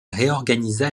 réorganisa